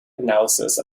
analysis